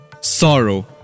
sorrow